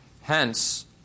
Hence